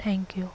thank you